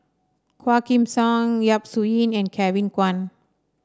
Quah Kim Song Yap Su Yin and Kevin Kwan